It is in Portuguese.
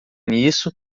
nisso